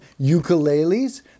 Ukuleles